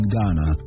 Ghana